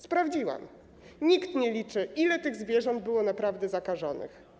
Sprawdziłam: nikt nie liczy, ile tych zwierząt było naprawdę zakażonych.